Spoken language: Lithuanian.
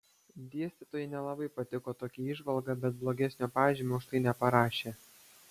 dėstytojai nelabai patiko tokia įžvalga bet blogesnio pažymio už tai neparašė